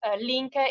link